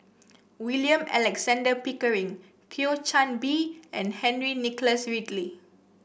William Alexander Pickering Thio Chan Bee and Henry Nicholas Ridley